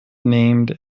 named